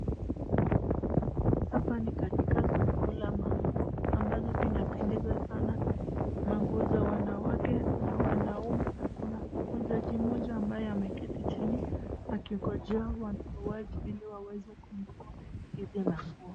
Hapa ni katika soko la manguo, ambazo zinapendeza sana. Manguo za wanawake na wanaume na kuna muuzaji mmoja ambaye ameketi chini, akingojea wanunuaji ili waweze kununua hizi manguo.